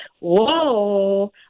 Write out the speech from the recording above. whoa